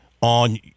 on –